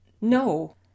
No